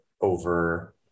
over